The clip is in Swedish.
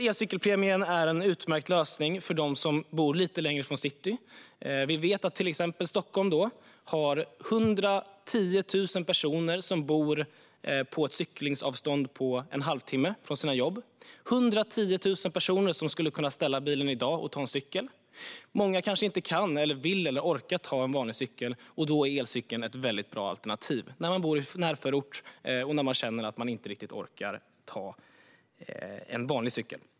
Elcykelpremien är en utmärkt lösning för dem som bor lite längre från city. Vi vet att till exempel Stockholm har 110 000 personer som bor på ett cyklingsavstånd på en halvtimme från sina jobb. Det är 110 000 personer som skulle kunna ställa bilen i dag och ta en cykel. Många kanske inte kan, vill eller orkar ta en vanlig cykel. Då är elcykeln ett väldigt bra alternativ när de bor i närförort och känner att de inte riktigt orkar ta en vanlig cykel.